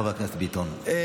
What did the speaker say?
חבר הכנסת ביטון,